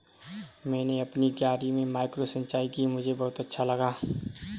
मैंने अपनी क्यारी में माइक्रो सिंचाई की मुझे बहुत अच्छा लगा